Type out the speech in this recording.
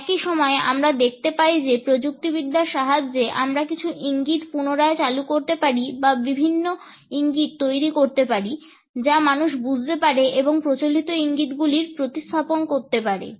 একই সময়ে আমরা দেখতে পাই যে প্রযুক্তিবিদ্যার সাহায্যে আমরা কিছু ইঙ্গিত পুনরায় চালু করতে পারি বা বিভিন্ন ইঙ্গিত তৈরি করতে পারি যা মানুষ বুঝতে পারে এবং প্রচলিত ইঙ্গিতগুলির প্রতিস্থাপন করতে পারে